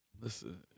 Listen